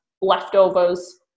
leftovers